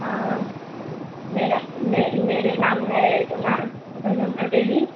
हाँ मेरा मे मेरा नाम है रूना रूना देवी